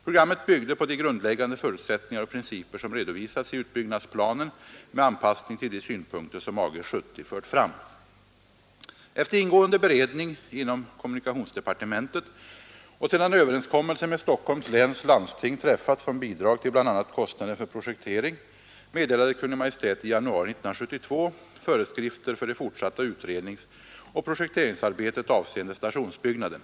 Programmet byggde på de grundläggande förutsättningar och principer som redovisats i utbyggnadsplanen med anpassning till de synpunkter som Ag 70 fört fram. Efter ingående beredning inom kommunikationsdepartementet och sedan överenskommelse med Stockholms läns landsting träffats om bidrag till bl.a. kostnaden för projektering meddelade Kungl. Maj:t i januari 1972 föreskrifter för det fortsatta utredningsoch projekteringsarbetet avseende stationsbyggnaden.